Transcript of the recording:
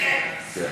כן, כן.